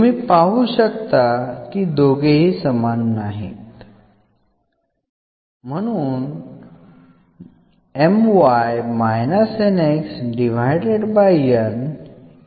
तुम्ही पाहू शकता की दोघेही समान नाहीत